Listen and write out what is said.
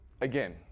again